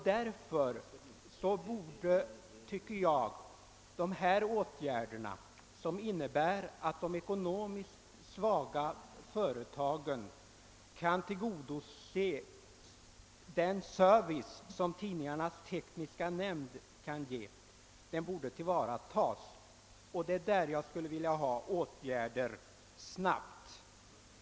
Därför borde åtgärder vidtas, så att de ekonomiskt svaga företagen kan tillgodogöra sig den service som tidningarnas tekniska nämnd kan ge. Det är dessa åtgärder jag vill ha snabbt.